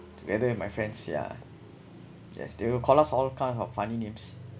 together with my friends yeah they will call us all kind of funny names